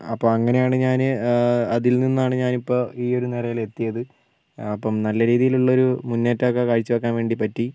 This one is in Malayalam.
അപ്പോൾ അങ്ങനെയാണ് ഞാൻ അതിൽ നിന്നാണ് ഞാൻ ഇപ്പോൾ ഈ ഒരു നിലയിൽ എത്തിയത് അപ്പം നല്ല രീതിയിലുള്ളൊരു മുന്നേറ്റമൊക്കെ കാഴ്ച വെക്കാൻ വേണ്ടി പറ്റി